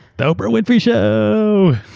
the oprah winfrey show!